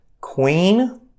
queen